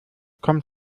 kommt